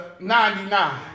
99